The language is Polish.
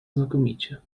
znakomicie